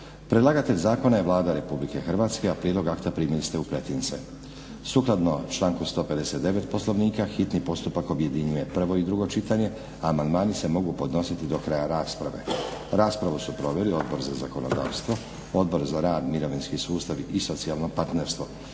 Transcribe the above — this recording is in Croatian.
Predlagatelj zakona je Vlada Republike Hrvatske, a prijedlog akta primili ste u pretince. Sukladno članku 159. Poslovnika hitni postupak objedinjuje prvo i drugo čitanje, a amandmani se mogu podnositi do kraja rasprave. Raspravu su proveli Odbor za zakonodavstvo, Odbor za rad, mirovinski sustav i socijalno partnerstvo.